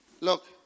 Look